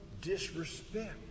disrespect